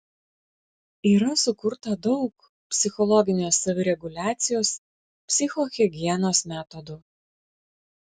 yra sukurta daug psichologinės savireguliacijos psichohigienos metodų